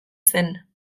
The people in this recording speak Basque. zen